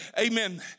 amen